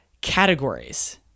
categories